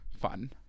Fun